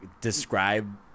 describe